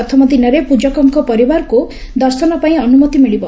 ପ୍ରଥମ ଦିନରେ ପୂଜକଙ୍କ ପରିବାରଙ୍କୁ ଦର୍ଶନ ପାଇଁ ଅନୁମତି ମିଳିବ